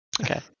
Okay